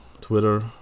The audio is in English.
Twitter